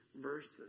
verses